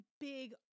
big